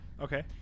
okay